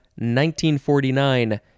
1949